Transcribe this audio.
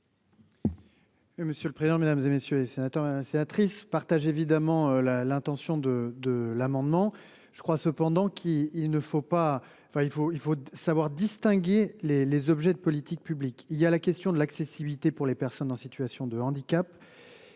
Monsieur le président, Mesdames, et messieurs les sénateurs, sénatrice partage évidemment a l'intention de de l'amendement. Je crois cependant qu'il, il ne faut pas enfin il faut il faut savoir distinguer les les objets de politique publique. Il y a la question de l'accessibilité pour les personnes en situation de handicap.